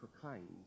proclaimed